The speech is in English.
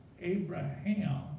Abraham